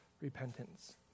repentance